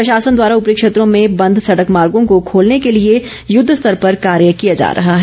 प्रशासन द्वारा ऊपरी क्षेत्रों में बंद सड़क मार्गों को खोलने के लिए युद्वस्तर पर कार्य किया जा रहा है